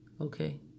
Okay